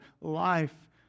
life